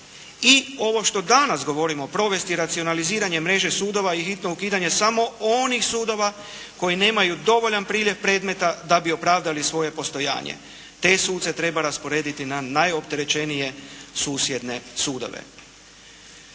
I ovo što danas govorimo provesti racionaliziranje mreže sudova i hitno ukidanje samo onih sudova koji nemaju dovoljan priljev predmeta da bi opravdali svoje postojanje. Te suce treba rasporediti na najopterećenije susjedne sudove.